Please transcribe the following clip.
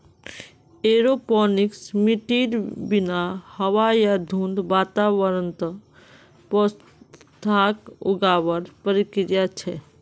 aeroponics मिट्टीर बिना हवा या धुंध वातावरणत पौधाक उगावार प्रक्रिया छे